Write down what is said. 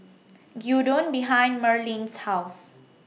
Gyudon behind Merlene's House